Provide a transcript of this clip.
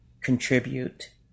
contribute